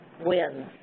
wins